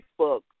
Facebook